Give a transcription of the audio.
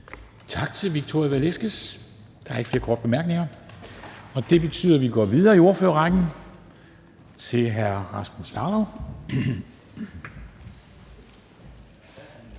Tak til fru Victoria Velasquez. Der er ikke flere korte bemærkninger. Og det betyder, at vi går videre i ordførerrækken til hr. Rasmus Jarlov,